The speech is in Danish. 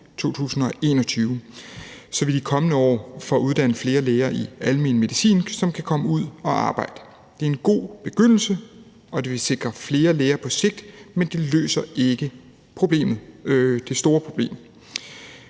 2020-2021, så vi i de kommende år får uddannet flere læger i almen medicin, som kan komme ud at arbejde. Det er en god begyndelse, og det vil på sigt sikre flere læger, men det løser ikke det store problem.